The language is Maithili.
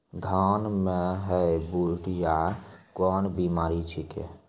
धान म है बुढ़िया कोन बिमारी छेकै?